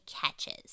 catches